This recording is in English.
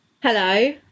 Hello